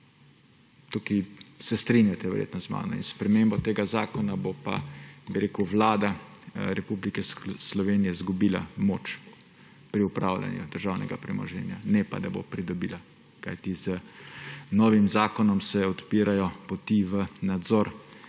Tukaj se strinjate verjetno z mano. In s sprememba tega zakona bo Vlada Republike Slovenije izgubila moč pri upravljanju državnega premoženja, ne pa da bi jo pridobila. Kajti z novim zakonom se odpirajo poti v nadzor